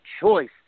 choice